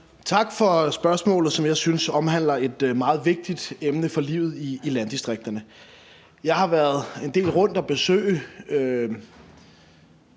Tak for spørgsmålet, som jeg synes omhandler et meget vigtigt emne for livet i landdistrikterne. Jeg har været en del rundt at besøge